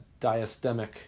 diastemic